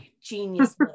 Genius